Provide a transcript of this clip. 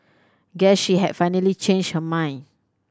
guess she had finally changed her mind